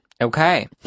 okay